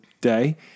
day